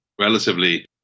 relatively